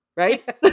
right